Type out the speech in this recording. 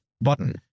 button